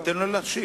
תן לו להשיב.